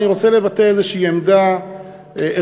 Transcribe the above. אני רוצה לבטא איזושהי עמדה ערכית,